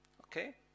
Okay